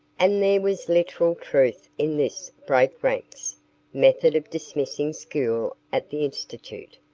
and there was literal truth in this break ranks method of dismissing school at the institute.